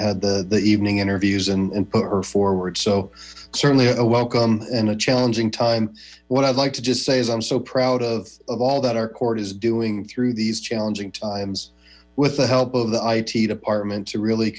had the evening interviews and put her forward so certainly a welcome and a challenging time what i'd like to just say is i'm so proud of of all that our court is doing through these challenging times with the help of the i t department to really